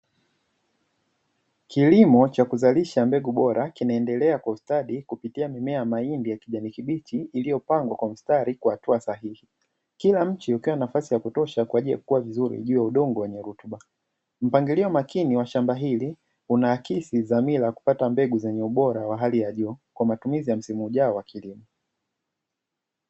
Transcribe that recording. Kilimo cha kuzalisha mbegu bora kinaendelea kwa ustadi kupitia mimea ya mahindi ya kijani kibichi, iliyopangwa kwa mstari kwa hatua sahihi; kila mche ukiwa na nafasi ya kutosha kwa ajili ya kukua vizuri juu ya udongo wenye rutuba. Mpangilio makini wa shamba hili unaakisi dhamila ya kupata mbegu yenye ubora wa hali ya juu kwa matumizi ya msimu ujao wa kilimo.